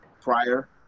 prior